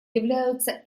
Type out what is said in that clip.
являются